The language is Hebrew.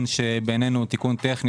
צריך להבחין בין מקרה שבו אנחנו ממשיכים לקדם,